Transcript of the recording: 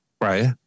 right